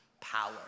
power